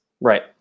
right